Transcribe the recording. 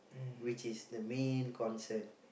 which is the main concern